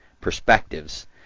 perspectives